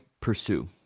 pursue